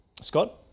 Scott